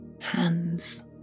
hands